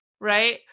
right